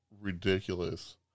ridiculous